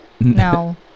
No